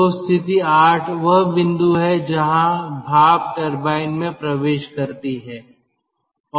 तो स्थिति 8 वह बिंदु है जहां भाप टरबाइन में प्रवेश करती है